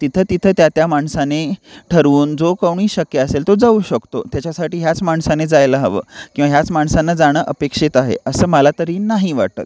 तिथं तिथं त्या माणसाने ठरवून जो कोणी शक्य असेल तो जाऊ शकतो त्याच्यासाठी ह्याच माणसाने जायला हवं किंवा ह्याच माणसनं जाणं अपेक्षित आहे असं मला तरी नाही वाटत